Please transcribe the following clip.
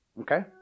Okay